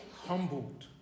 Humbled